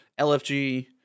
LFG